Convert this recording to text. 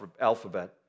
alphabet